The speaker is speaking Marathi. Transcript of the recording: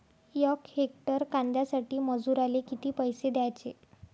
यक हेक्टर कांद्यासाठी मजूराले किती पैसे द्याचे?